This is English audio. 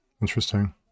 Interesting